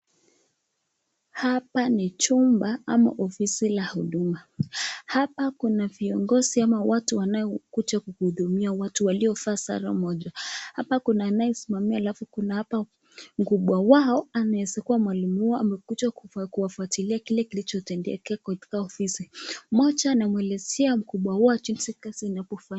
Hapa ni chumba ama ofisi la huduma. Hapa kuna viongozi ama watu wanaokuja kuhudumia watu, waliovaa sare moja. Hapa kuna anayesimamia alafu kuna hapa mkubwa wao anaweza kuwa mwalimu wao amekuja kuwafuatilia kile kilichotendekea katika ofisi. Mmoja anamuelezea mkubwa wao jinsi kazi inavyofanywa.